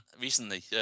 recently